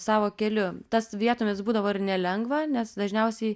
savo keliu tas vietomis būdavo ir nelengva nes dažniausiai